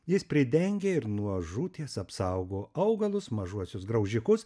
jis pridengia ir nuo žūties apsaugo augalus mažuosius graužikus